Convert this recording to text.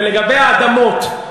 ולגבי האדמות,